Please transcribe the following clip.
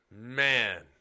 man